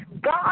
god